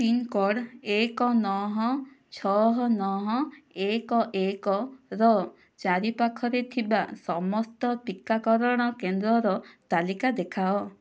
pin code ଏକ ନଅ ଛଅ ନଅ ଏକ ଏକ ର ଚାରିପାଖରେ ଥିବା ସମସ୍ତ ଟିକାକରଣ କେନ୍ଦ୍ରର ତାଲିକା ଦେଖାଅ